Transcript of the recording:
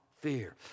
fear